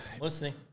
listening